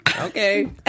okay